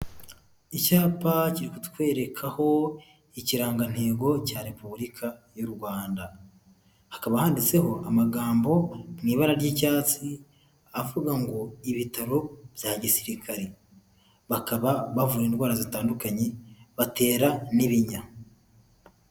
Icyapa kiri kutwerekaho ikirangantego cya Repubulika y'u Rwanda. Hakaba handitseho amagambo mu ibara ry'icyatsi, avuga ngo : "Ibitaro bya gisirikare." Bakaba bavura indwara zitandukanye, batera n'ibinya.